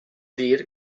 dir